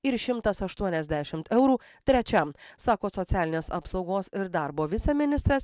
ir šimtas aštuoniasdešimt eurų trečiam sako socialinės apsaugos ir darbo viceministras